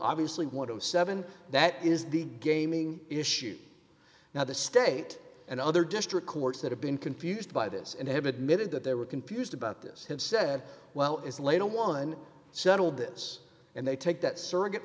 obviously one of seven that is the gaming issue now the state and other district courts that have been confused by this and have admitted that they were confused about this and said well it's late on one settle this and they take that surrogate